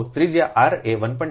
તો ત્રિજ્યા r એ 1